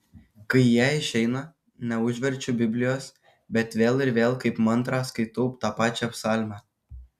kai jie išeina neužverčiu biblijos bet vėl ir vėl kaip mantrą skaitau tą pačią psalmę